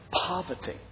poverty